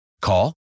Call